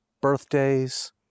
birthdays